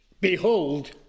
behold